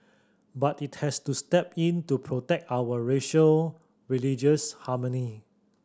but it has to step in to protect our racial religious harmony